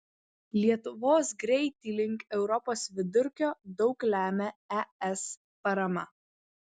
lietuvos greitį link europos vidurkio daug lemia es parama